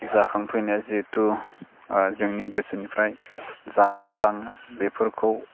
जाखांफैनाय जिहेथु जोंनि गोसोनिफ्राय जानगारलाङो बेफोरखौ